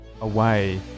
away